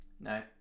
No